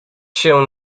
się